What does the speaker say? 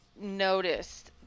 noticed